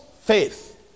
faith